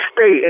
state